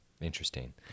Interesting